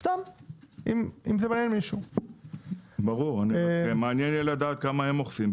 מעניין יהיה לדעת כמה הם אוכפים.